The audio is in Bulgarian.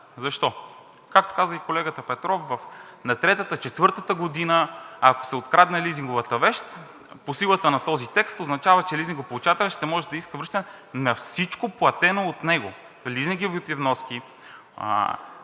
Защо? Както каза и колегата Петров, на третата, четвъртата година, ако се открадне лизинговата вещ, по силата на този текст означава, че лизингополучателят ще може да иска връщане на всичко платено от него – лизинговите вноски,